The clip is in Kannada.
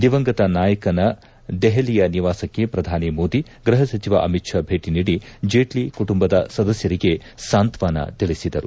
ದಿವಗಂತ ನಾಯಕನ ದೆಹಲಿಯ ನಿವಾಸಕ್ಕೆ ಪ್ರಧಾನಿ ಮೋದಿ ಗೃಹ ಸಚಿವ ಅಮಿತ್ ಷಾ ಭೇಟಿ ನೀಡಿ ಜೇಟ್ಲಿ ಕುಟುಂಬದ ಸದಸ್ಲರಿಗೆ ಸಾಂತ್ವಾನ ತಿಳಿಸಿದರು